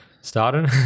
Starting